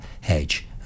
hedge